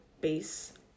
base